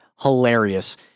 hilarious